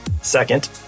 Second